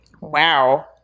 Wow